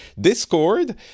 Discord